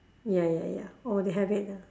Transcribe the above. ya ya ya orh they have it there